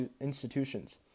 institutions